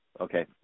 Okay